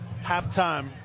Halftime